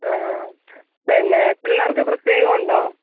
അഹ് പിന്നെ പിള്ളേർക്ക് പ്രത്യേകം ഉണ്ടോ